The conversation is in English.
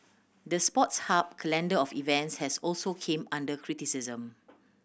the Sports Hub calendar of events has also came under criticism